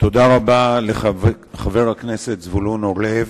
תודה רבה לחבר הכנסת זבולון אורלב.